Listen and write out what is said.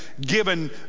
given